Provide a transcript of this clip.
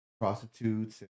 prostitutes